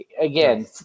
again